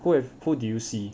who have who did you see